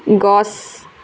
গছ